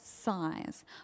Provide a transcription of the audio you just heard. size